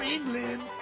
England